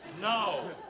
No